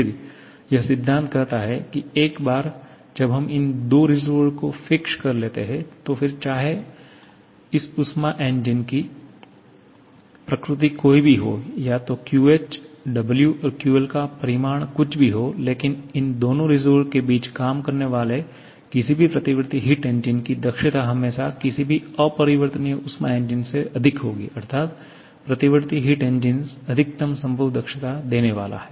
फिर यह सिद्धांत कहता है कि एक बार जब हम इन दो रिसर्वोयर को फिक्स कर लेते है तो फिर चाहे इस ऊष्मा इंजन की प्रकृति कोईभी हो या तो QH W और QL का परिमाण कुछ भी हो लेकिन इन दोनों रिसर्वोयर के बीच काम करने वाले किसी भी प्रतिवर्ती हिट इंजन की दक्षता हमेशा किसी भी अपरिवर्तनीय ऊष्मा इंजन से अधिक होगी अर्थात प्रतिवर्ती हिट इंजन अधिकतम संभव दक्षता देने वाला है